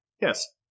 yes